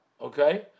Okay